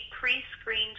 pre-screened